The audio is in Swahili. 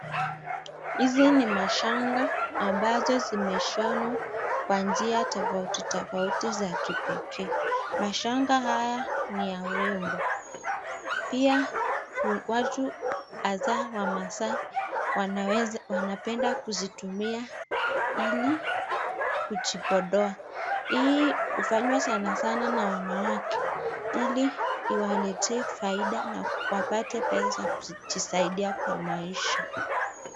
Hizi ni mashanga ambazo zimeshonwa kwa njia tofauti tofauti za kipekee. Mashanga haya ni ya urembo. Pia watu hasaa wamasai wanapenda kuzitumia ili kujipodoa. Hii hufanywa sana sana na wanawake ili iwaletee faida na wapate pesa za kujisaidia kwa maisha.